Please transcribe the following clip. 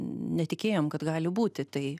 netikėjom kad gali būti tai